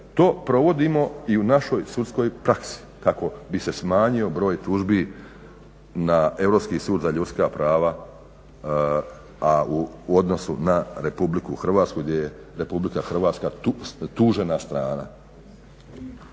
to provodimo i u našoj sudskoj praksi kako bi se smanjio broj tužbi na Europski sud za ljudska prava, a u odnosu na RH gdje je RH tužena strana.